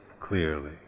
clearly